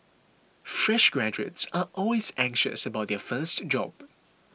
fresh graduates are always anxious about their first job